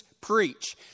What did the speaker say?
preach